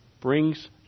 brings